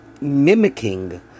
mimicking